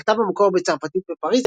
שנכתב במקור בצרפתית בפריז,